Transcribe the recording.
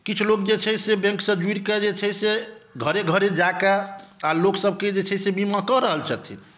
किछु लोक जे छै से बैंकसॅं भिरकऽ जे छै से घरे घरे जा कए आओर लोकसभके जे छै बीमा कऽ रहल छथिन